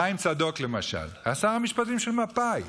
חיים צדוק, למשל, היה שר המשפטים של מפא"י.